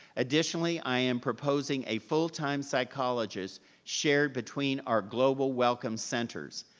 additionally, i am proposing a full time psychologist shared between our global welcome centers.